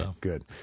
good